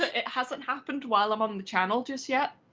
ah it hasn't happened while i'm on the channel just yet.